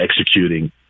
executing